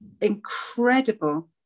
incredible